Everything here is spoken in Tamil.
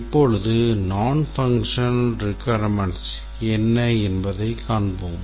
இப்போது non functional requirements என்ன என்பதைக் காண்போம்